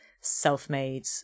self-made